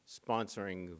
sponsoring